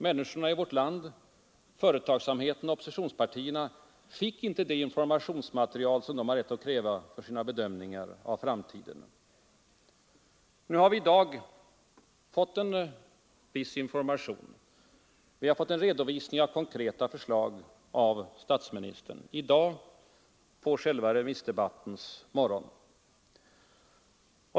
Människorna i vårt land, företagsamheten och oppositionspartierna fick inte det informationsmaterial som de har rätt att kräva för sina bedömningar av framtiden. Nu har vi i dag fått en viss information. Vi har fått en redovisning för konkreta förslag av statsministern i dag, på själva remissdebattens morgon.